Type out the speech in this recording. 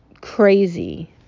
crazy